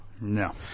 No